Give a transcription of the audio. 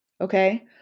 Okay